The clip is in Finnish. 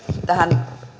tähän